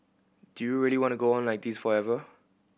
do you really want to go on like this forever